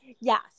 yes